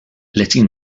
letting